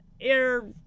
air